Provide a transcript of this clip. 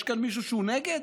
יש כאן מישהו שהוא נגד?